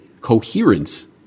coherence